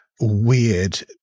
weird